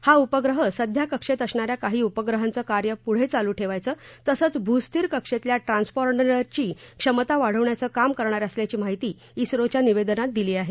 हा उपग्रह सध्या कक्षेत असणा या काही उपग्रहांचं कार्य पुढे चालू ठेवायचं तसंच भूस्थिर कक्षेतल्या ट्रान्स्पाँडरची क्षमता वाढवण्याचं काम करणार असल्याची माहिती स्रोच्या निवेदनात दिली आहे